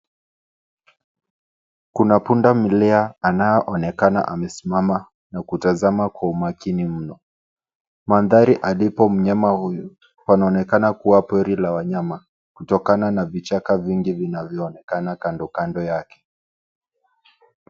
Kuna punda milia anaoonekana amesimama na kutazama kwa umakini mno. Mandhari alipo mnyama huyu panaonekana kuwa pori la wanyama kutokana na vichaka vingi vinavyoonekana kando kando yake.